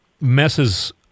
messes